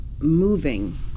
moving